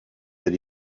that